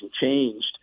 changed